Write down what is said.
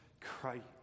Christ